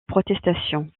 protestation